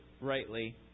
rightly